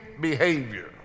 behavior